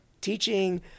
teaching